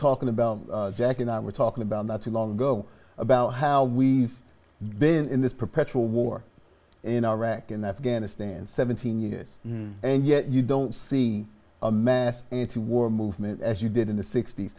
talking about jack and i were talking about not too long ago about how we've been in this perpetual war in iraq and afghanistan seventeen years and yet you don't see a mass in to war movement as you did in the sixt